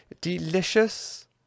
delicious